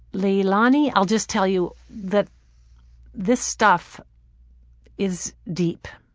leilanni, i'll just tell you that this stuff is deep.